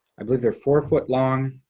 i believe they're four foot long,